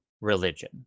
religion